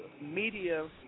media